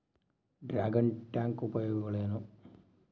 Dragon tank ಉಪಯೋಗಗಳೇನು?